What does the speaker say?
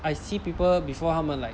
I see people before 他们 like